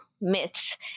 myths